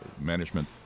management